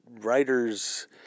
writers